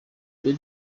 fred